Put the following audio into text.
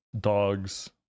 dogs